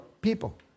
people